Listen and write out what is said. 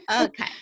Okay